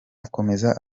akomeza